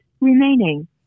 remaining